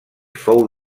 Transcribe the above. fou